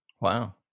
Wow